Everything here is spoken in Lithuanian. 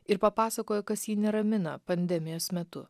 ir papasakojo kas jį neramina pandemijos metu